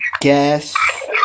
guess